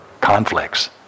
conflicts